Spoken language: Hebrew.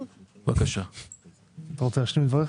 אתה רוצה להשלים את דבריך?